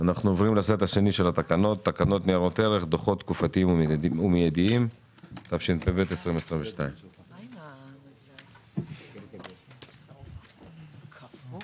ננעלה בשעה 09:30.